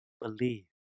believe